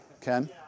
Ken